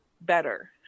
better